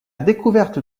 découverte